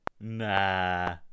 nah